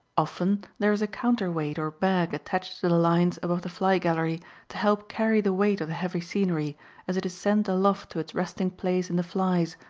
often there is a counterweight or bag attached to the lines above the fly-gallery to help carry the weight of the heavy scenery as it is sent aloft to its resting place in the flies,